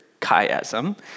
chiasm